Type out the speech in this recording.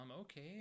okay